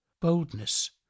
boldness